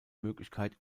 möglichkeit